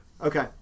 Okay